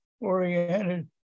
oriented